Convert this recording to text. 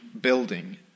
building